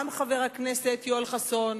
וגם חבר הכנסת יואל חסון.